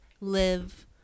live